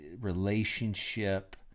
relationship